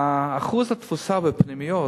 אחוז התפוסה בפנימיות,